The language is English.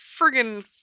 friggin